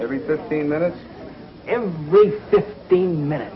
every fifteen minutes every fifteen minutes